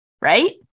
right